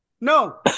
No